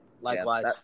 likewise